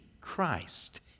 Christ